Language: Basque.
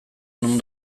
non